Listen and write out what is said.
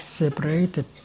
separated